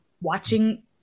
watching